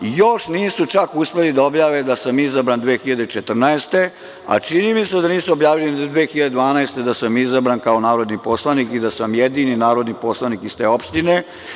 Još nisu čak uspeli da objave da sam izabran 2014. godine, a čini mi se da nisu objavili ni za 2012. godinu da sam izabran kao narodni poslanik i da sam jedini narodni poslanik iz te opštine.